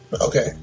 okay